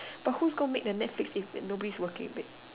but who's going to make the next big thing if nobody is working